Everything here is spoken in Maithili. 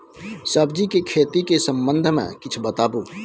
सब्जी के खेती के संबंध मे किछ बताबू?